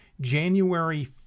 january